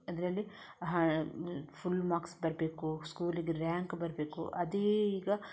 ಅದರಲ್ಲಿ ಹ full marks ಬರಬೇಕು ಸ್ಕೂಲಿಗೆ ರ್ಯಾಂಕ್ ಬರಬೇಕು ಅದೇ ಈಗ